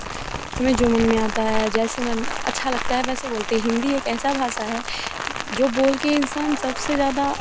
हमें जो मन में आता है जैसे मन अच्छा लगता है वैसे बोलते हिन्दी एक ऐसा भाषा है जो बोल के इंसान सबसे ज़्यादा